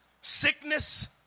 sickness